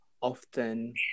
often